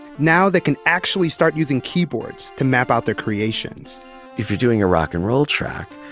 now they can actually start using keyboards to map out their creations if you're doing a rock and roll track,